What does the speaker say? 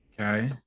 Okay